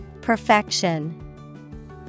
Perfection